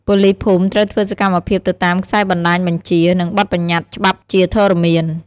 ប៉ូលីសភូមិត្រូវធ្វើសកម្មភាពទៅតាមខ្សែបណ្តាញបញ្ជា និងបទប្បញ្ញត្តិច្បាប់ជាធរមាន។